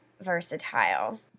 versatile